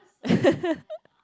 view